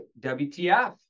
WTF